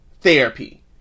therapy